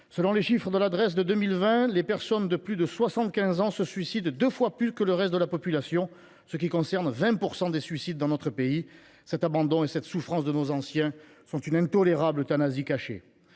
et des statistiques (Drees) de 2020, les personnes de plus de 75 ans se suicident deux fois plus que le reste de la population, ce qui concerne 20 % des suicides dans notre pays. Cet abandon et cette souffrance de nos anciens sont une intolérable euthanasie cachée.